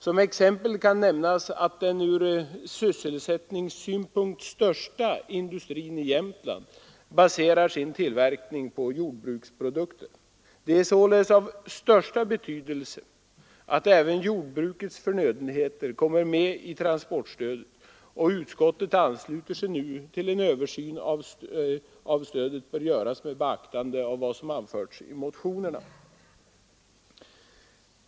Som exempel kan nämnas att den ur sysselsättningssynpunkt största industrin i Jämtland baserar sin tillverkning på jordbruksprodukter. Det är således av största betydelse att även jordbrukets förnödenheter kommer med i transportstödet, och utskottet ansluter sig nu till att en översyn av stödet bör göras med beaktande av vad som anförts i motionerna.